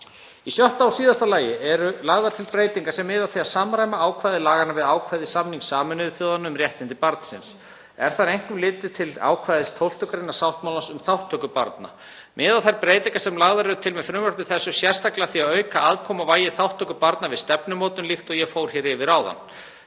Í sjötta og síðasta lagi eru lagðar til breytingar sem miða að því að samræma ákvæði laganna við ákvæði samnings Sameinuðu þjóðanna um réttindi barnsins. Er þar einkum litið til ákvæðis 12. gr. sáttmálans um þátttöku barna. Miða þær breytingar sem lagðar eru til með frumvarpi þessu sérstaklega að því að auka aðkomu og vægi þátttöku barna við stefnumótun, líkt og ég fór yfir hér áðan.